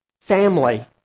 family